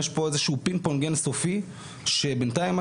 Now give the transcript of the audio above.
יש פה איזשהו פינג-פונג אין-סופי שבינתיים מה